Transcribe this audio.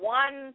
one